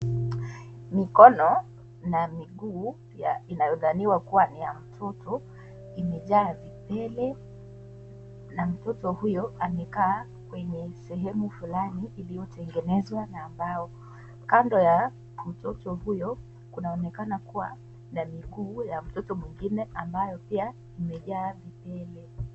Mkono na miguu inayodhaniwa kuwa ya mtoto imejaa vipele mtoto huyo amekaa kwenye sehemu Fulani iliyotengenezwa na mbao, kando ya mtoto huyo kunaonekana kuwa na miguu ya mtoto mwingine ambaye pia imejaa vipele.